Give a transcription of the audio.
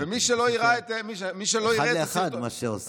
אחד לאחד מה שעושה עכשיו,